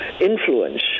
influence